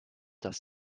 dass